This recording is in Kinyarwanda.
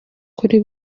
kuri